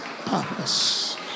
purpose